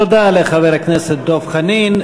תודה לחבר הכנסת דב חנין.